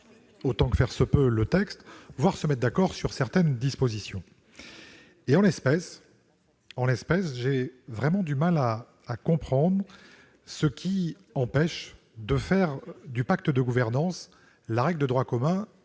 autant que faire se peut le texte, voire nous accorder sur certaines dispositions. En l'espèce, j'ai du mal à comprendre ce qui empêche de faire du pacte de gouvernance la règle de droit commun